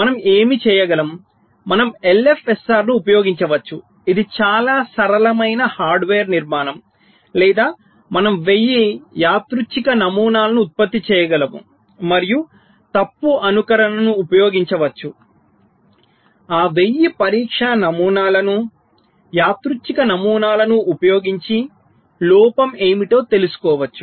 మనం ఏమి చేయగలం మనం ఎల్ఎఫ్ఎస్ఆర్ను ఉపయోగించవచ్చు ఇది చాలా సరళమైన హార్డ్వేర్ నిర్మాణం లేదా మనం 1000 యాదృచ్ఛిక నమూనాలను ఉత్పత్తి చేయగలము మరియు తప్పు అనుకరణను ఉపయోగించవచ్చు ఆ 1000 పరీక్షా నమూనాలను యాదృచ్ఛిక నమూనాలను ఉపయోగించి లోపం ఏమిటో తెలుసుకోవచ్చు